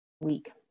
week